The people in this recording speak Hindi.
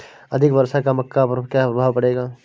अधिक वर्षा का मक्का पर क्या प्रभाव पड़ेगा?